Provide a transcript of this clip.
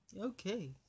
okay